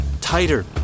Tighter